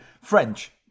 French